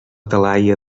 talaia